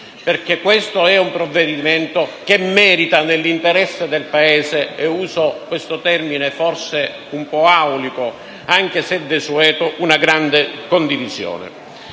perché questo è un provvedimento che merita, nell'interesse del Paese - e uso questa espressione forse un po' aulica e desueta - una grande condivisione.